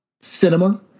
cinema